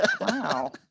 Wow